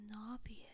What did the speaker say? obvious